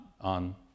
on